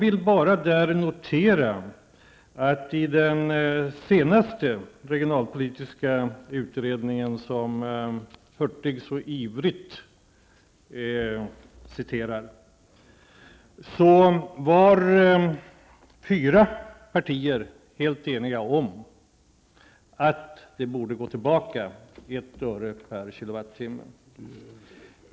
I den senaste regionalpolitiska utredningen -- som Bengt Hurtig så ivrigt citerar -- var fyra partier helt eniga om att det borde gå tillbaka 1 öre per kilovattimme.